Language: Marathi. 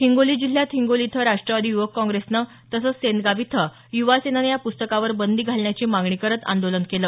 हिंगोली जिल्ह्यात हिंगोली इथं राष्ट्रवादी युवक काँप्रेसनं तसंच सेनगाव इथं युवा सेनेनं या प्स्तकावर बंदी घालण्याची मागणी करत आंदोलन केलं